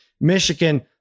Michigan